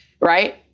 Right